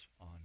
on